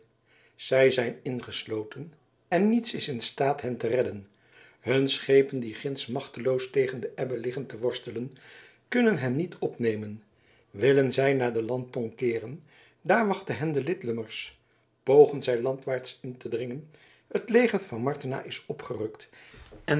zij zijn ingesloten en niets is in staat hen te redden hun schepen die ginds machteloos tegen de ebbe liggen te worstelen kunnen hen niet opnemen willen zij naar de landtong keeren daar wachten hen de lidlummers pogen zij landwaarts in te dringen het leger van martena is opgerukt en